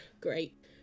Great